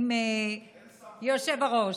היושב-ראש.